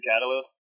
catalyst